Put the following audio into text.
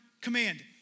command